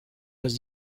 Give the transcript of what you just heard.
was